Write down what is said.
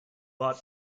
but